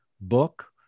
book